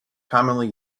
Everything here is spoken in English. commonly